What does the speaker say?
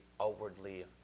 outwardly